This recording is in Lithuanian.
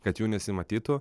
kad jų nesimatytų